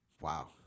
Wow